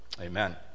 Amen